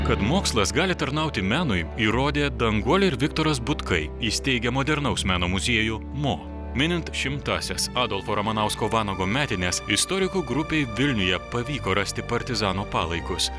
kad mokslas gali tarnauti menui įrodė danguolė ir viktoras butkai įsteigę modernaus meno muziejų mo minint šimtąsias adolfo ramanausko vanago metines istorikų grupei vilniuje pavyko rasti partizano palaikus